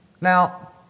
Now